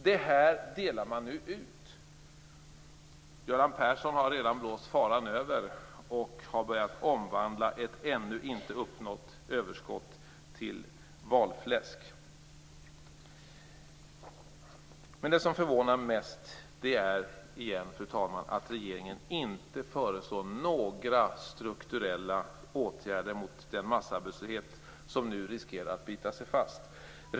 Dessa medel delas nu ut. Göran Persson har redan blåst faran över och börjat omvandla ett ännu inte uppnått överskott till valfläsk. Men det som förvånar mig mest är att regeringen inte föreslår några strukturella åtgärder mot den massarbetslöshet som nu riskerar att bita sig fast.